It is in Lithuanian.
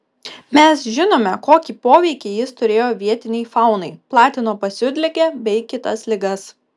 mes žinome kokį poveikį jis turėjo vietinei faunai platino pasiutligę bei kitas ligas